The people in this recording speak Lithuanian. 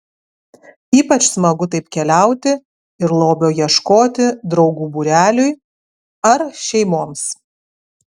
ypač smagu taip keliauti ir lobio ieškoti draugų būreliui ar šeimoms